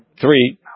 three